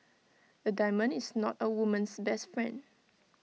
A diamond is not A woman's best friend